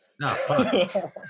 No